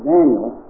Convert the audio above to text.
Daniel